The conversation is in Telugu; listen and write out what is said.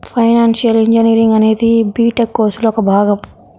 ఫైనాన్షియల్ ఇంజనీరింగ్ అనేది బిటెక్ కోర్సులో ఒక భాగం